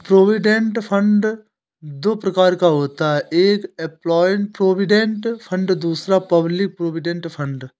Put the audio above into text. provident fund दो प्रकार का होता है एक एंप्लॉय प्रोविडेंट फंड दूसरा पब्लिक प्रोविडेंट फंड